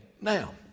now